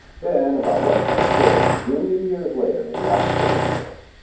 then, about one point four billion years later, they washed over the earth.